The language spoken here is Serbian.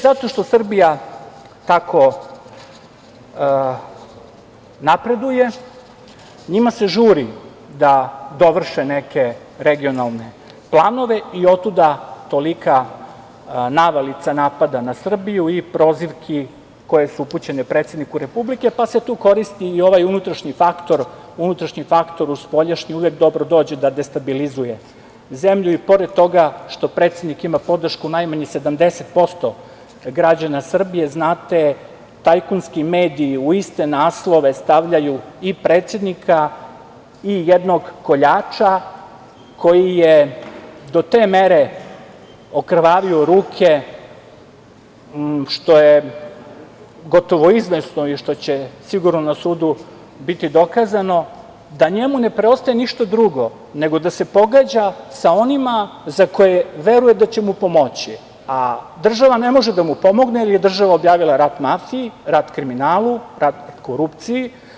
Zato što Srbija tako napreduje, njima se žuri da dovrše neke regionalne planove i otuda tolika navalica napada na Srbiju i prozivki koje su upućene predsedniku Republike, pa se tu koristi i ovaj unutrašnji faktor u spoljašnji uvek dobro dođe da destabilizuje zemlju i pored toga što predsednik ima podršku najmanje 70% građana Srbije. znate, tajkunski mediji u iste naslove stavljaju i predsednika i jednog koljača koji je do te mere okrvavio ruke što je gotovo izvesno i što će sigurno na sudu biti dokazano, da njemu ne preostaje ništa drugo nego da se pogađa sa onima za koje veruje da će mu pomoći, a država ne može da mu pomogne, jer je država objavila rat mafiji, rat kriminalu, rat korupciji.